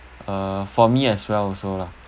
uh for me as well also lah